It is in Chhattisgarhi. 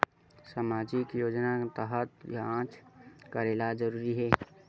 सामजिक योजना तहत जांच करेला जरूरी हे